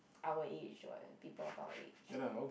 our age what people of our age